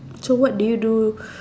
so what did you do